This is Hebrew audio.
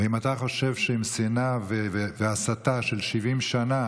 ואם אתה חושב שעם שנאה והסתה של 70 שנה